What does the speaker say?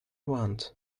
want